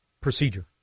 procedure